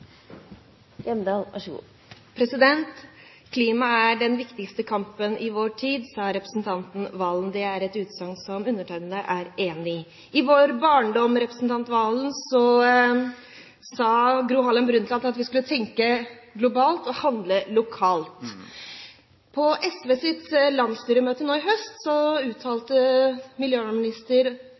Valen. Det er et utsagn som undertegnede er enig i. I vår barndom, representant Serigstad Valen, sa Gro Harlem Brundtland at vi skulle tenke globalt og handle lokalt. På SVs landsstyremøte i høst uttalte miljøvernministeren seg slik: «Å dempe tempoet i